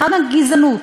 היכן הגזענות?